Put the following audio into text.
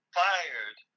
fired